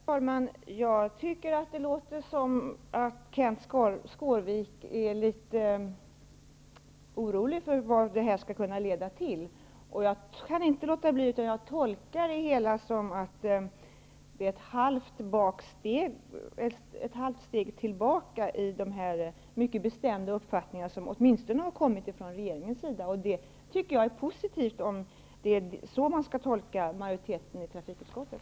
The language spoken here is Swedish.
Herr talman! Jag tycker att det låter som om Kenth Skårvik är litet orolig för vad det här skall kunna leda till. Jag kan inte låta bli att tolka det här som ett halvt steg tillbaka i de mycket bestämda uppfattningar som åtminstone har kommit från regeringens sida. Det är positivt om det är så man skall tolka majoriteten i trafikutskottet.